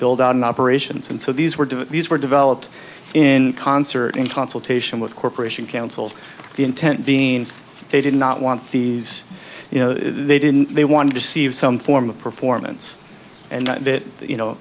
build on operations and so these were do these were developed in concert in consultation with corporation council the intent being they did not want these you know they didn't they wanted to see have some form of performance and that you know